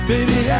Baby